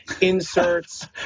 inserts